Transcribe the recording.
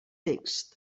text